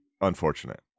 unfortunate